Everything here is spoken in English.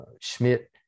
Schmidt